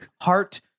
Heart